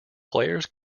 players